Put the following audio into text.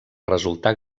resultar